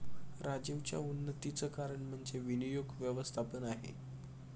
राजीवच्या उन्नतीचं कारण म्हणजे विनियोग व्यवस्थापन आहे